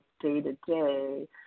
day-to-day